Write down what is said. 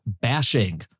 bashing